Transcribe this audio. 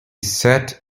sat